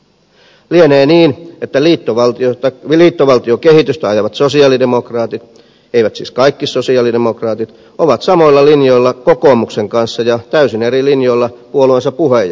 lienee niin että liittovaltiokehitystä ajavat sosialidemokraatit eivät siis kaikki sosialidemokraatit ovat samoilla linjoilla kokoomuksen kanssa ja täysin eri linjoilla puolueensa puheenjohtajan kanssa